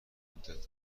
مدت